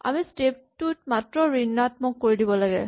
আমি স্টেপ টো মাত্ৰ ঋণাত্মক কৰি দিব লাগে